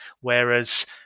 Whereas